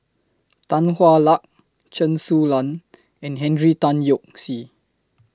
Tan Hwa Luck Chen Su Lan and Henry Tan Yoke See